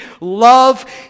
love